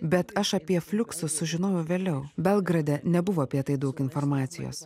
bet aš apie fliuksus sužinojau vėliau belgrade nebuvo apie tai daug informacijos